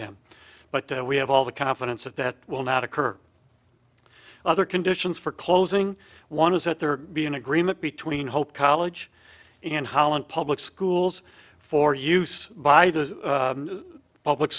them but we have all the confidence of that will not occur other conditions for closing one is that there be an agreement between hope college in holland public schools for use by the public